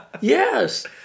Yes